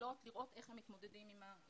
הקהילות לראות איך הם מתמודדות עם המשבר.